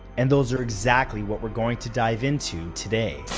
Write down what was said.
and those are exactly what we're going to dive into today.